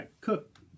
cook